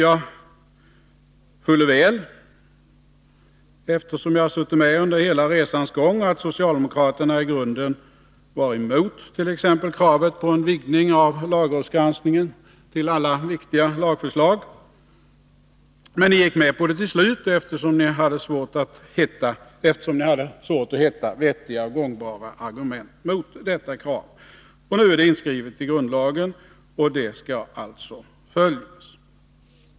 Jag vet fuller väl, eftersom jag har varit med under hela resans gång, att socialdemokraterna i grunden var emot t.ex. kravet på en vidgning av lagrådsgranskningen när det gäller alla viktiga lagförslag. Men ni gick med på det till slut, eftersom ni hade svårt att hitta vettiga och gångbara argument mot detta krav. Nu är det inskrivet i grundlagen, och det skall alltså följas.